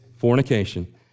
fornication